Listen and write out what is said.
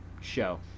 show